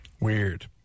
Weird